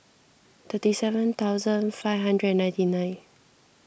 thirty seven thousand five hundred and ninety nine